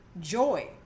joy